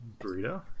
burrito